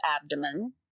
abdomen